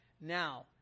Now